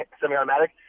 semi-automatic